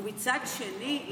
ומצד שני,